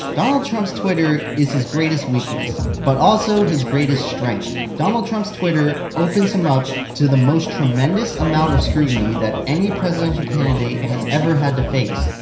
donald trump's twitter is his greatest weakness, but also his greatest strength. donald trump's twitter opens him up to the most tremendous amount of scrutiny, that any presidential candidate has ever had to face.